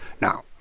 Now